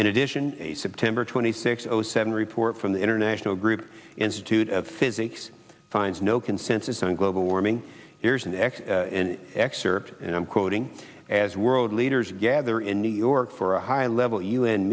in addition a september twenty six zero seven report from the international group institute of physics finds no consensus on global warming here's an exit excerpt and i'm quoting as world leaders gather in new york for a high level u